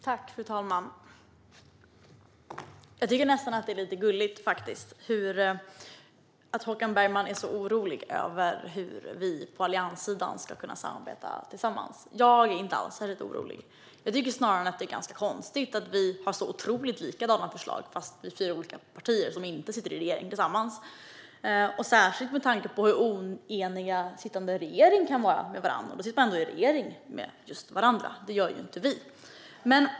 Fru talman! Jag tycker nästan att det är lite gulligt att Håkan Bergman är så orolig över hur vi på allianssidan ska kunna samarbeta. Jag är inte alls orolig. Jag tycker snarare att det är ganska konstigt att vi har så otroligt likadana förslag fast vi är fyra olika partier som inte sitter tillsammans i en regering - detta särskilt med tanke på hur oenig den sittande regeringen kan vara. Ni sitter ändå i en regering med varandra, det gör ju inte vi.